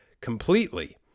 completely